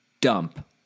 dump